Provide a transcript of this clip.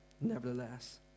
nevertheless